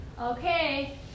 Okay